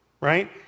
right